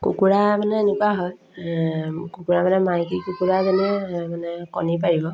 কুকুৰা মানে এনেকুৱা হয় কুকুৰা মানে মাইকী কুকুৰা যেনে মানে কণী পাৰিব